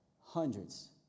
Hundreds